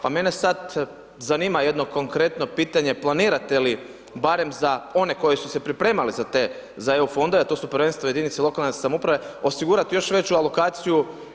Pa mene sad zanima jedno konkretno pitanje planirate li barem za one koji su se pripremali za te, za EU fondove, a to su prvenstveno jedinice lokalne samouprave osigurati još veću alokaciju.